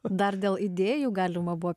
dar dėl idėjų galima buvo